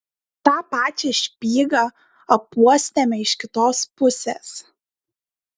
tą pačią špygą apuostėme iš kitos pusės